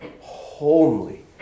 homely